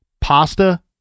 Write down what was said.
pasta